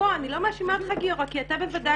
אני לא מאשימה אותך גיורא כי אתה בוודאי